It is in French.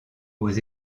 aux